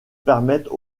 permettent